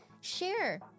share